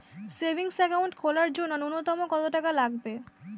Savings account খোলার জন্য নূন্যতম কত টাকা লাগবে?